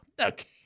Okay